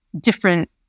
different